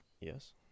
Yes